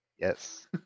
Yes